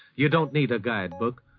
you don't need a guide book.